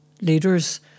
leaders